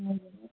हजुर